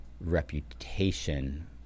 reputation